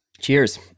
Cheers